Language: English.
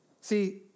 See